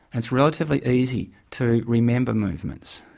it's relatively easy to remember movements,